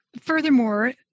furthermore